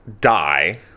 die